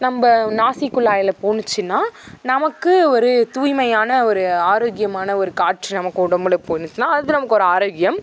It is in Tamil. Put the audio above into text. நம்ம நாசிக்குழாயில் போச்சுன்னா நமக்கு ஒரு தூய்மையான ஒரு ஆரோக்கியமான ஒரு காற்று நமக்கு உடம்பில் போச்சுன்னா அது நமக்கு ஒரு ஆரோக்கியம்